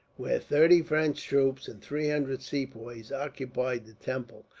where thirty french troops and three hundred sepoys occupied the temple,